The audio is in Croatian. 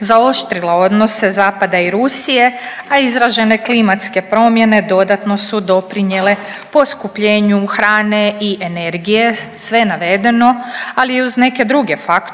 zaoštrila odnose Zapada i Rusije, a izražene klimatske promjene dodatno su doprinijele poskupljenju hrane i energije, sve navedeno, ali i uz neke druge faktore